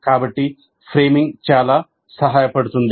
కాబట్టి ఫ్రేమింగ్ చాలా సహాయపడుతుంది